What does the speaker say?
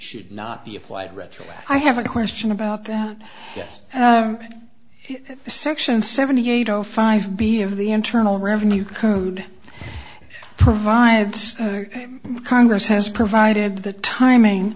should not be applied retro i have a question about that yes section seventy eight zero five b of the internal revenue code provides congress has provided the timing